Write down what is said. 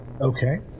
okay